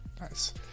nice